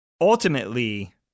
Ultimately